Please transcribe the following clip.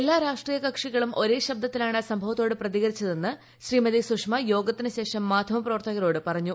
എല്ലാ രാഷ്ട്രീയ കക്ഷികളും ഒരേ ശബ്ദത്തിലാണ് സംഭവത്തോട് പ്രതികരിച്ചതെന്ന് സുഷമാ സ്വരാജ് യോഗത്തിനു ശേഷം മാധ്യമ പ്രവർത്തകരോട് പറഞ്ഞു